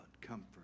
Comfort